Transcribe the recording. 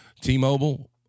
T-Mobile